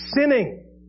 sinning